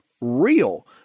real